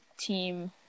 team